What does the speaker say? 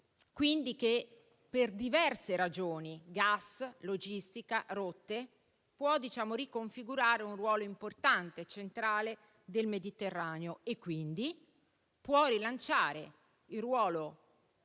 quindi, che per diverse ragioni (gas, logistica, rotte) può riconfigurare un ruolo importante e centrale del Mediterraneo e può rilanciare il ruolo che,